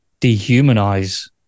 dehumanize